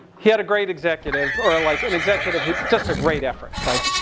he had a great executive, or like an executive who, just a great effort. like,